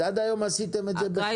עד היום עשיתם את זה בחינם.